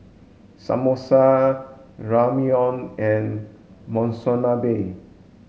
Samosa Ramyeon and Monsunabe